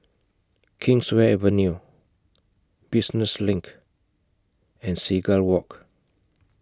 Kingswear Avenue Business LINK and Seagull Walk